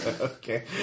Okay